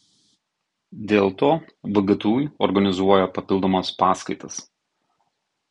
dėl to vgtu organizuoja papildomas paskaitas